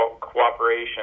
cooperation